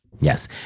Yes